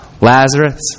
Lazarus